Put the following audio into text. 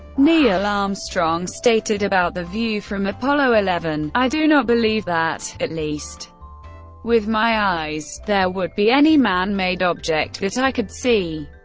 neil armstrong stated about the view from apollo eleven i do not believe that, at least with my eyes, there would be any man-made object that i could see.